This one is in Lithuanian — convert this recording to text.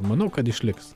manau kad išliks